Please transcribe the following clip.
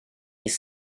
his